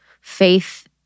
faith